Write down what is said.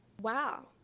Wow